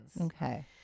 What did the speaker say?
Okay